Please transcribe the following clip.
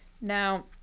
Now